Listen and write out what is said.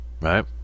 Right